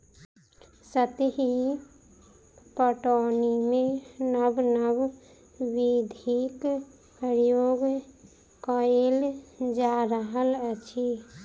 सतही पटौनीमे नब नब विधिक प्रयोग कएल जा रहल अछि